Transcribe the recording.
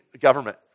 government